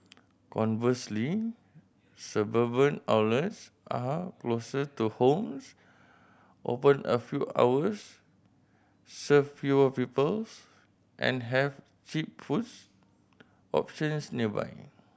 conversely suburban outlets are closer to homes open a fewer hours serve fewer peoples and have cheap foods options nearby